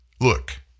Look